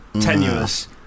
tenuous